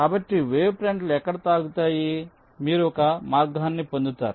కాబట్టి వేవ్ ఫ్రంట్లు ఎక్కడో తాకుతాయి కాబట్టి మీరు ఒక మార్గాన్ని పొందుతారు